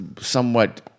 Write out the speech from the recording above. somewhat